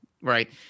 right